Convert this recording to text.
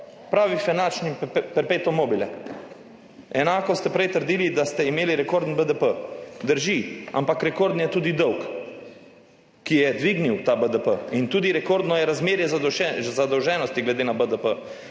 Pravi finančni perpetuum mobile. Enako ste prej trdili, da ste imeli rekorden BDP. Drži, ampak rekorden je tudi dolg, ki je dvignil ta BDP, rekordno je tudi razmerje zadolženosti glede na BDP.